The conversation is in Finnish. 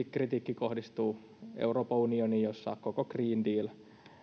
kritiikki tietysti kohdistuu euroopan unioniin jossa koko green deal